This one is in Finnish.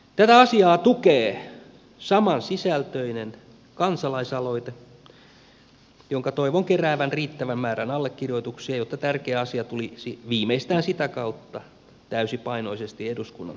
tätä asiaa tukee samansisältöinen kansalaisaloite jonka toivon keräävän riittävän määrän allekirjoituksia jotta tärkeä asia tulisi viimeistään sitä kautta täysipainoisesti eduskunnan käsittelyyn